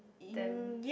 them